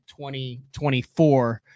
2024